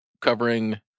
covering